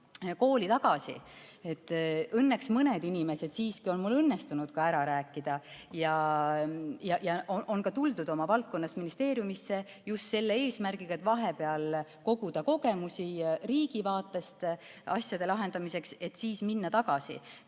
kooli tagasi. Õnneks mõned inimesed siiski on mul õnnestunud ka ära rääkida ja on ka tuldud oma valdkonnas ministeeriumisse just selle eesmärgiga, et vahepeal koguda kogemusi riigi vaatest asjade lahendamiseks, et siis minna tagasi.